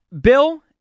Bill—